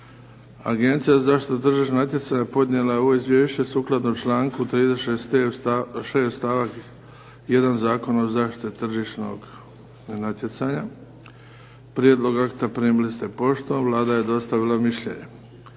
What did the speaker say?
Agencija za zaštitu tržišnog natjecanja podnijela je ovo izvješće sukladno članku 36. stavak 1. Zakona o zaštiti tržišnog natjecanja. Prijedlog akta primili ste poštom. Vlada je dostavila mišljenje.